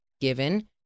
given